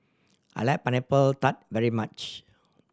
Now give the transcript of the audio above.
I like Pineapple Tart very much